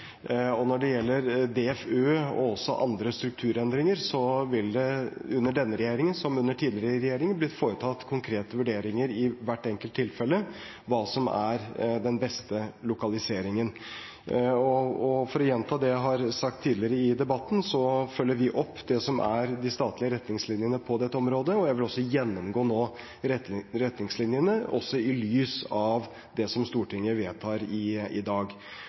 kommer når den kommer. Når det gjelder DFØ og andre strukturendringer, vil det – under denne regjeringen som under tidligere regjeringer – bli foretatt konkrete vurderinger i hvert enkelt tilfelle av hva som er den beste lokaliseringen. Og for å gjenta det jeg har sagt tidligere i debatten, følger vi opp det som er de statlige retningslinjene på dette området. Jeg vil nå også gjennomgå retningslinjene, også i lys av det som Stortinget vedtar i dag.